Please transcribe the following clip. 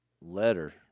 letter